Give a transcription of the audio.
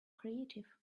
creative